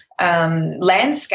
landscape